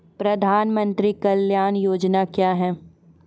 प्रधानमंत्री कल्याण योजना क्या हैं?